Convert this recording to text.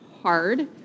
hard